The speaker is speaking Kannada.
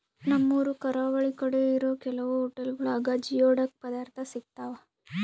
ನಮ್ಮೂರು ಕರಾವಳಿ ಕಡೆ ಇರೋ ಕೆಲವು ಹೊಟೆಲ್ಗುಳಾಗ ಜಿಯೋಡಕ್ ಪದಾರ್ಥ ಸಿಗ್ತಾವ